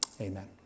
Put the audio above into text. Amen